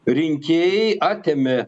rinkėjai atėmė